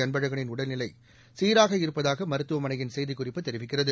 அன்பழகனின் உடல்நிலை சீராக இருப்பதாக மருத்துவமனையின் செய்திக்குறிப்பு தெரிவிக்கிறது